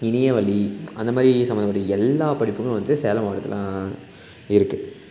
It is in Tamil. இணைய வழி அந்த மாதிரி சம்மந்தப்பட்ட எல்லா படிப்புகளும் வந்து சேலம் மாவட்டத்தில் இருக்குது